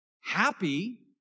happy